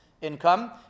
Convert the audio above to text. income